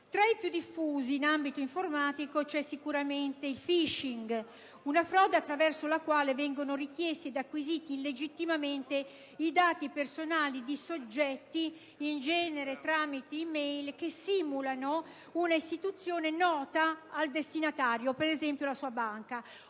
Tra i più diffusi in ambito informatico c'è sicuramente il *phishing*, frode attraverso la quale vengono richiesti ed acquisiti illegittimamente i dati personali di soggetti, in genere tramite *e-mail*, simulando un'istituzione nota al destinatario, per esempio la sua banca,